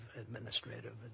administrative